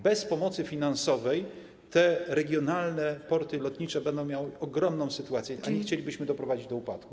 Bez pomocy finansowej te regionalne porty lotnicze będą miały ogromnie trudną sytuację, a nie chcielibyśmy doprowadzić do ich upadku.